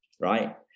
right